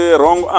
wrong